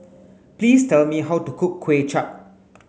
please tell me how to cook Kuay Chap